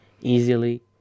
easily